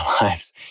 lives